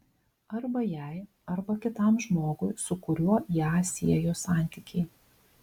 arba jai arba kitam žmogui su kuriuo ją siejo santykiai